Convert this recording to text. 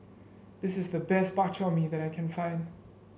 this is the best Bak Chor Mee that I can find